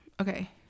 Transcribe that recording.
okay